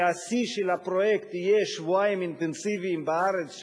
והשיא של הפרויקט יהיה שבועיים אינטנסיביים בארץ,